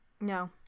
No